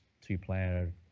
two-player